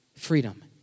Freedom